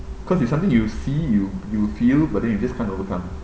cause it's something you see you you feel but then you just can't overcome